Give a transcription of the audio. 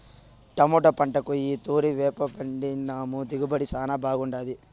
tomato పంటకు ఈ తూరి వేపపిండేసినాము దిగుబడి శానా బాగుండాది